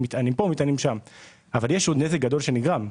אבל יש עוד נזק גדול שנגרם.